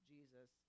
Jesus